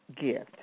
gift